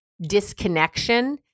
disconnection